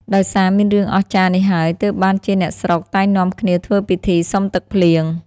ដោយសារមានរឿងអស្ចារ្យនេះហើយ ទើបបានជាអ្នកស្រុក តែងនាំគ្នាធ្វើពិធីសុំទឹកភ្លៀង ។